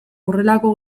horrelako